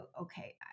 okay